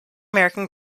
american